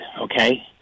Okay